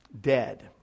dead